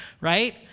right